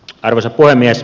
arvoisa puhemies